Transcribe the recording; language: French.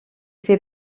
fait